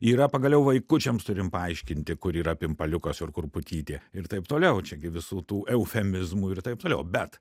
yra pagaliau vaikučiams turim paaiškinti kur yra pimpaliukas ir kur putytė ir taip toliau čia gi visų tų eufemizmų ir taip toliau bet